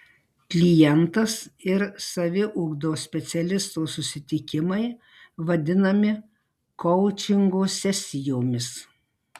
klientas ir saviugdos specialisto susitikimai vadinami koučingo sesijomis